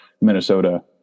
Minnesota